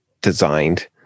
designed